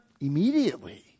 Immediately